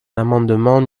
l’amendement